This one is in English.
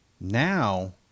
Now